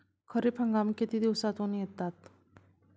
खरीप हंगाम किती दिवसातून येतात?